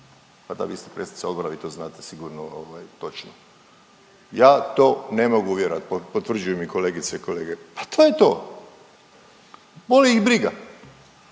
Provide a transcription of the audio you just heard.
Pa da, vi ste predsjednica odbora, vi to znate sigurno ovaj točno. Ja to ne mogu vjerovat, potvrđuju mi i kolegice i kolege. Pa to je to, boli ih briga,